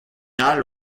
all